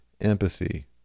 empathy